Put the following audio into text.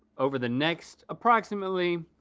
over the next approximately,